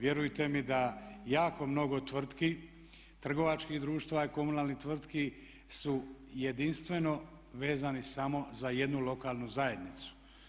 Vjerujte mi da jako mnogo tvrtki, trgovačkih društava i komunalnih tvrtki su jedinstveno vezani samo za jednu lokalnu zajednicu.